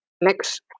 Next